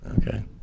Okay